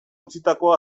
utzitako